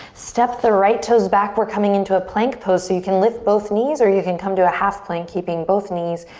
step the right toes back. we're coming into a plank pose. so you can lift both knees or you can come to a half plank keeping both knees,